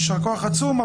יישר כוח עצום,